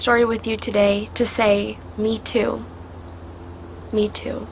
story with you today to say me too me too